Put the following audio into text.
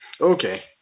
okay